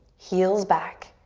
heels back.